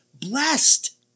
blessed